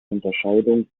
unterscheidung